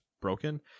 broken